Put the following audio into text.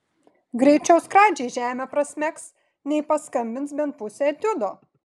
greičiau skradžiai žemę prasmegs nei paskambins bent pusę etiudo